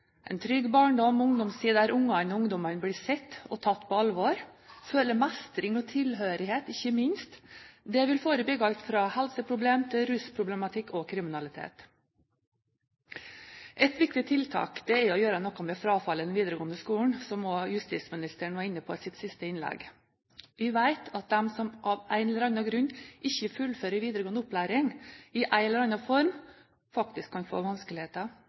en trygg barndom og ungdomstid der barna og ungdommene blir sett og tatt på alvor, føler mestring og ikke minst tilhørighet. Det vil forebygge alt fra helseproblemer til rusproblematikk og kriminalitet. Et viktig tiltak er å gjøre noe med frafallet i den videregående skolen, som også justisministeren var inne på i sitt siste innlegg. Vi vet at de som av en eller annen grunn ikke fullfører videregående opplæring, i en eller annen form faktisk kan få vanskeligheter